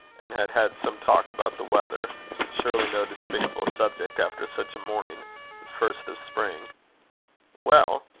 and had had some talk about the weather surely no despicable subject after such a morning the first of spring well,